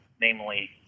namely